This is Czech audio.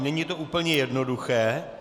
Není to úplně jednoduché.